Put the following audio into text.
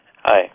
Hi